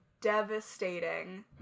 devastating